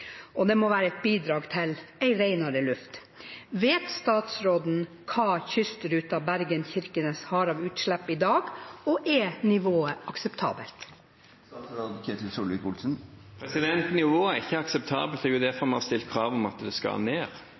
luft. Vet statsråden hva kystruten Bergen–Kirkenes har av utslipp i dag, og er nivået akseptabelt? Nivået er ikke akseptabelt. Det er derfor vi har stilt krav om at det skal ned.